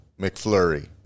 McFlurry